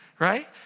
Right